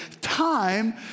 time